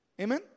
Amen